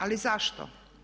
Ali zašto?